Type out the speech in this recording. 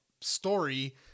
story